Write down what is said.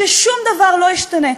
ששום דבר לא ישתנה,